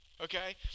okay